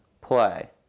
play